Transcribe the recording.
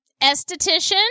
esthetician